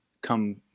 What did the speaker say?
come